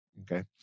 Okay